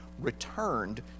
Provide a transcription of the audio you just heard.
returned